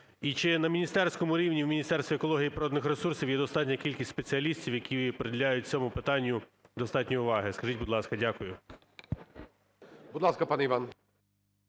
І чи на міністерському рівні в Міністерстві екології і природних ресурсів є достатня кількість спеціалістів, які приділяють цьому питанню достатньо уваги, скажіть, будь ласка. Дякую. ГОЛОВУЮЧИЙ. Будь ласка, пане Іван.